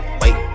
wait